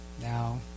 Now